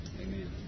amen